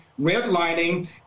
redlining